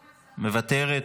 מוותרת,